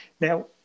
Now